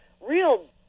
real